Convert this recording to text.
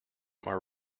are